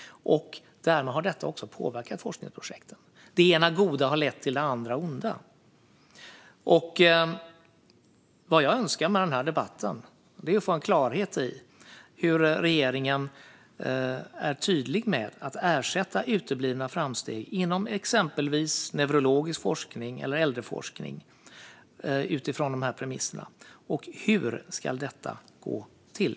Därmed har forskningsprojekten påverkats. Det ena goda har lett till det andra onda. Vad jag önskar med debatten är att få klarhet i hur regeringen kommer att vara tydlig med att ersätta uteblivna framsteg inom exempelvis neurologisk forskning eller äldreforskning utifrån dessa premisser. Hur ska detta gå till?